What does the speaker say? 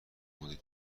مدیر